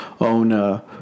own –